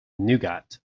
nougat